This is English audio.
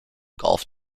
golf